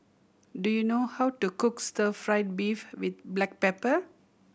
do you know how to cook stir fried beef with black pepper